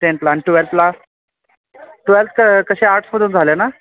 टेन्थला आणि ट्वेल्थला ट्वेल्थ कसे आर्ट्समधून झाले ना